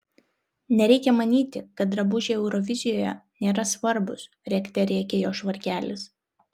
nereikia manyti kad drabužiai eurovizijoje nėra svarbūs rėkte rėkė jo švarkelis